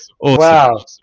Wow